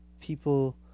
people